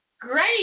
great